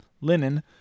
linen